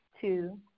two